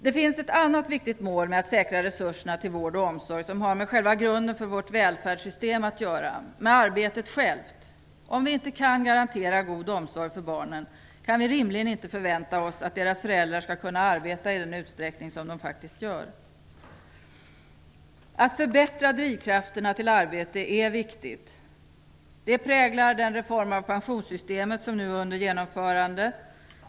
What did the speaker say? Det finns ett annat viktigt mål med att säkra resurserna till vård och omsorg som har med själva grunden för vårt välfärdssystem att göra - med själva arbetet. Om vi inte kan garantera en god omsorg för barnen kan vi rimligen inte förvänta oss att deras föräldrar skall kunna arbeta i den utsträckning som de faktiskt gör. Att förbättra drivkrafterna för arbete är viktigt. Det präglar den reformering av pensionssystemet som nu är under genomförande.